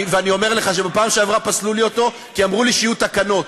ואני אומר לך שבפעם שעברה פסלו לי אותו כי אמרו לי שיהיו תקנות.